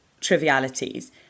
trivialities